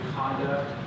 conduct